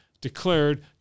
declared